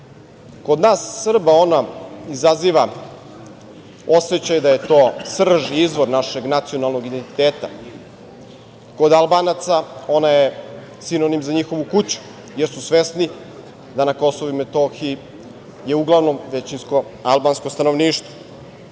kod nas Srba ona izaziva osećaj da je to srž i izvor našeg nacionalnog identiteta, kod Albanaca ona je sinonim za njihovu kuću, jer su svesni da na KiM je uglavnom većinsko albansko stanovništvo.